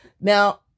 Now